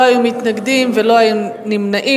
לא היו מתנגדים ולא היו נמנעים.